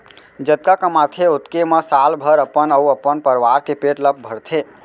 जतका कमाथे ओतके म साल भर अपन अउ अपन परवार के पेट ल भरथे